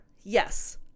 yes